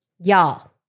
Y'all